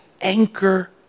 anchor